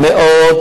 ואגב,